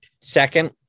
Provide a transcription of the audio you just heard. Second